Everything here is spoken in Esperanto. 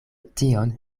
tion